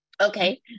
Okay